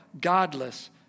godless